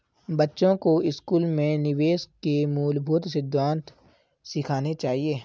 बच्चों को स्कूल में निवेश के मूलभूत सिद्धांत सिखाने चाहिए